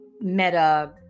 Meta